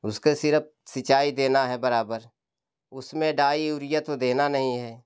उसके सिर्फ सींचाई देना है बराबर उसमें डाई यूरिया तो देना नहीं है